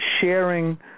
sharing